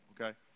okay